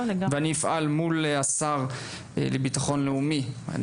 לכן אני אפעל מול השר לביטחון לאומי.